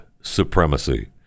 supremacy